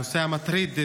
הנושא המטריד,